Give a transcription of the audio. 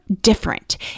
different